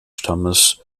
stammes